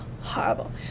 horrible